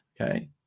Okay